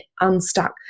unstuck